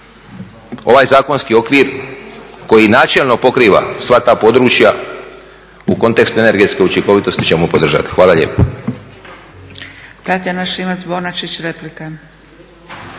ovaj zakonski okvir koji načelno pokriva sva ta područja u kontekstu energetske učinkovitosti ćemo podržati. Hvala lijepo.